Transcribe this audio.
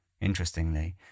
Interestingly